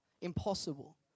Impossible